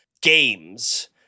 games